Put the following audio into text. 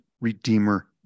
Redeemer